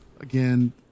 again